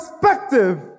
perspective